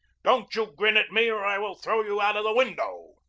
don't you grin at me or i will throw you out of the window!